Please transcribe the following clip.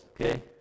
Okay